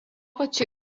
pačiu